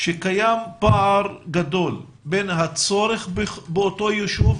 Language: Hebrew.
שקיים פער גדול בין הצורך באותו יישוב,